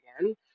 again